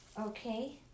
Okay